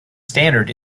standard